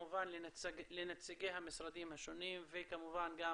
כמובן לנציגי המשרדים השונים וכמובן גם